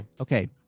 okay